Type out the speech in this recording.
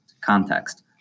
context